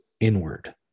inward